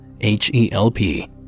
H-E-L-P